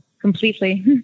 Completely